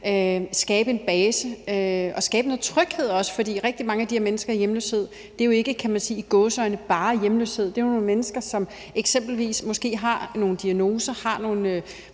skabe en base og også skabe noget tryghed. For rigtig mange af de her mennesker i hjemløshed er jo, kan man sige – i gåseøjne – ikke bare hjemløse, men det er jo nogle mennesker, som eksempelvis måske har nogle diagnoser, som måske